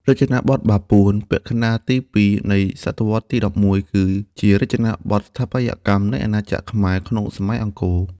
រចនាបថបាពួន (ពាក់កណ្តាលទី ២ នៃសតវត្សទី ១១) គឺជារចនាបថស្ថាបត្យកម្មនៃអាណាចក្រខ្មែរក្នុងសម័យអង្គរ